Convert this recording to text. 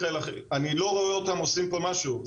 אני לא רואה אותם עושים פה משהו.